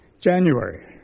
January